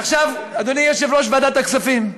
עכשיו, אדוני יושב-ראש ועדת הכספים,